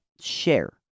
share